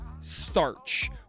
starch